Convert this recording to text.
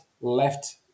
left